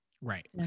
Right